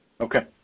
Okay